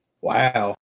Wow